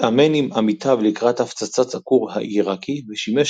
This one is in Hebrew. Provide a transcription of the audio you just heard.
התאמן עם עמיתיו לקראת הפצצת הכור העיראקי ושימש